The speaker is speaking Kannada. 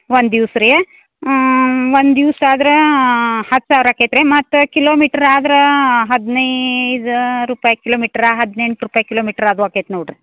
ಒಂದು ದಿವ್ಸ ರೀ ಒಂದು ದಿವ್ಸ ಆದ್ರೆ ಹತ್ತು ಸಾವಿರ ಆಕೈತೆ ರೀ ಮತ್ತು ಕಿಲೋಮೀಟ್ರ್ ಆದ್ರೆ ಹದಿನೈದು ರೂಪಾಯಿ ಕಿಲೋಮೀಟ್ರ ಹದಿನೆಂಟು ರೂಪಾಯಿ ಕಿಲೋಮೀಟ್ರ್ ಅದು ಆಕೈತೆ ನೋಡಿರಿ